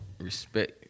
Respect